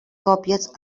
còpies